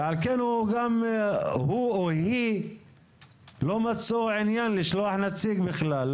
הוא או היא לא מצאו עניין לשלוח נציג בכלל,